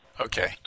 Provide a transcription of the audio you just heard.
Okay